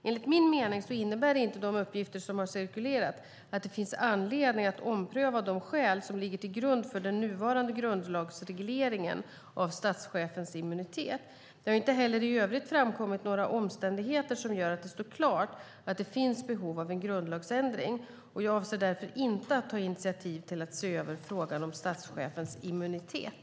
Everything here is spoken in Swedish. Enligt min mening innebär inte de uppgifter som har cirkulerat att det finns anledning att ompröva de skäl som ligger till grund för den nuvarande grundlagsregleringen av statschefens immunitet. Det har inte heller i övrigt framkommit några omständigheter som gör att det står klart att det finns behov av en grundlagsändring. Jag avser därför inte att ta initiativ till att se över frågan om statschefens immunitet.